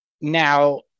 Now